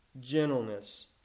gentleness